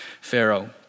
Pharaoh